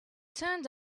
turned